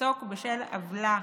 לפסוק בשל עוולה